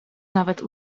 nawet